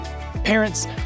Parents